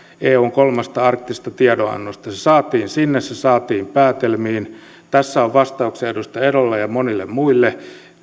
eun kolmannesta arktisesta tiedonannosta että se saatiin sinne se saatiin päätelmiin tässä on vastauksia edustaja elolle ja monille muille